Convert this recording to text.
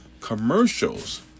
commercials